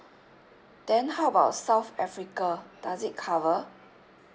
then how about south africa does it cover